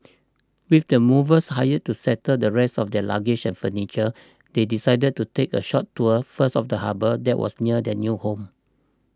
with the movers hired to settle the rest of their luggage and furniture they decided to take a short tour first of the harbour that was near their new home